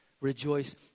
Rejoice